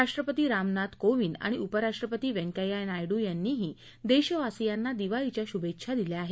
राष्ट्रपती रामनाथ कोविद आणि उपराष्ट्रपती व्यंकेय्या नायडू यांनीही देशवासीयांना दिवाळीच्या शुभेच्छा दिल्या आहेत